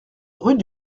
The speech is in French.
rue